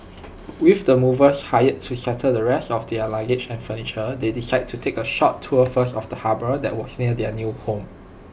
with the movers hired to settle the rest of their luggage and furniture they decided to take A short tour first of the harbour that was near their new home